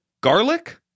garlic